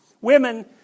Women